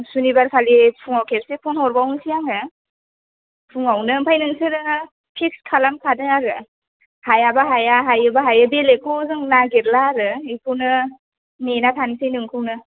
सुनिबार खालि फुङाव खेबसे फन हरबावनोसै आङो फुङावनो आमफ्राय नोंसोरो फिक्स खालामखादों आरो हायाबा हाया हायोबा हायो बेलेगखौ जों नागिरला आरो बेखौनो नेना थानोसै नोंखौनो